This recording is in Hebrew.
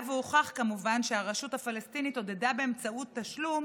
היה והוכח שהרשות הפלסטינית עודדה באמצעות תשלום